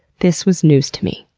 this was news to me.